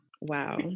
Wow